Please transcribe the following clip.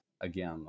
again